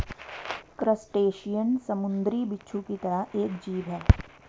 crustacean समुंद्री बिच्छू की तरह एक जीव है